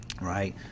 right